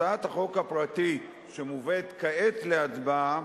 הצעת החוק הפרטית שמובאת כעת להצבעה